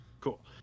Cool